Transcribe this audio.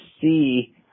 see